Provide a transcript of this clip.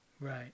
Right